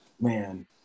man